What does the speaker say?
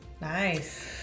Nice